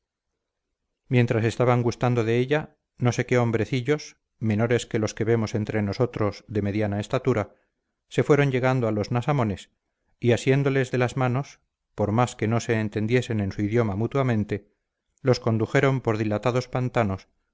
mientras estaban gustando de ella no sé qué hombrecillos menores que los que vemos entre nosotros de mediana estatura se fueron llegando a los nasamones y asiéndoles de las manos por más que no se entendiesen en su idioma mutuamente los condujeron por dilatados pantanos